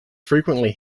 frequently